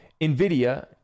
NVIDIA